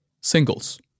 singles